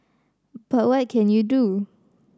but what can you do